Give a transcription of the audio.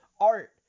art